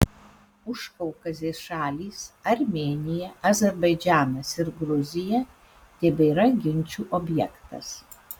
užkaukazės šalys armėnija azerbaidžanas ir gruzija tebėra ginčų objektas